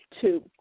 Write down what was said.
two